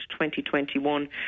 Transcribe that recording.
2021